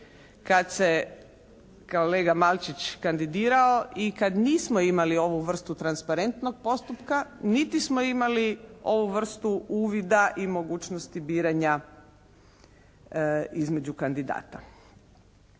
kad se kolega Malčić kandidirao i kad nismo imali ovu vrstu transparentnog postupka niti smo imali ovu vrstu uvida i mogućnosti biranja između kandidata.